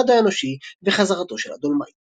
"הטורנדו האנושי" ו"חזרתו של הדולמייט".